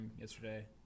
yesterday